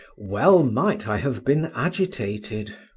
well might i have been agitated.